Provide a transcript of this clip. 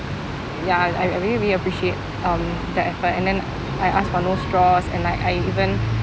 ya I I really really appreciate um the effort and then I asked for no straws and I I even